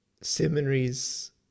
seminaries